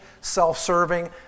self-serving